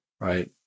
Right